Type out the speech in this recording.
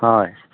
হয়